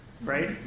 right